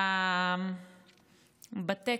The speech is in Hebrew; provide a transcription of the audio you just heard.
בטקס,